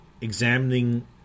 examining